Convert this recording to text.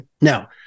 Now